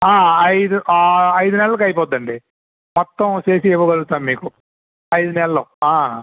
ఐదు ఐదు నెలలకు అయిపోతుంది అండి మొత్తం చేసి ఇవ్వగలుగుతాము మీకు ఐదు నెలలు